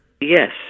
Yes